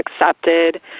accepted